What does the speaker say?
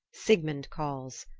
sigmund calls.